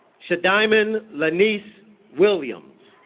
shadymin leanise williams